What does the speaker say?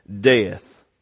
death